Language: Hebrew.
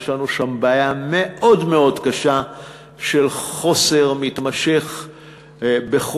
יש לנו שם בעיה מאוד מאוד קשה של חוסר מתמשך בכוח-אדם,